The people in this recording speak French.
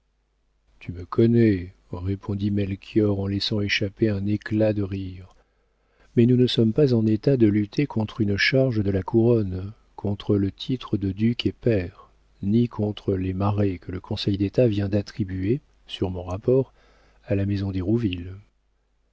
tu me connais répondit melchior en laissant échapper un éclat de rire mais nous ne sommes pas en état de lutter contre une charge de la couronne contre le titre de duc et pair ni contre les marais que le conseil d'état vient d'attribuer sur mon rapport à la maison d'hérouville